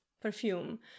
perfume